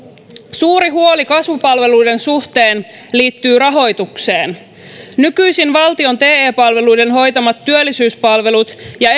suuri huoli kasvupalveluiden suhteen liittyy rahoitukseen nykyisin valtion te palveluiden hoitamat työllisyyspalvelut ja